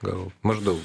gal maždaug